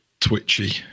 twitchy